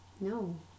No